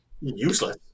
Useless